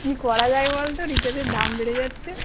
কী করা যায় বল তো রিচার্জের দাম বেড়ে যাচ্ছে